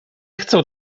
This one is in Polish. chcę